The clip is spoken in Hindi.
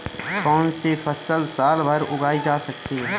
कौनसी फसल साल भर उगाई जा सकती है?